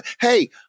hey